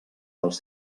dels